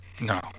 No